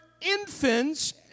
infants